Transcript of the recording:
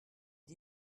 les